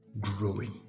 growing